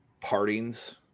partings